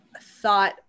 thought